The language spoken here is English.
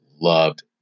loved